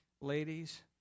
Ladies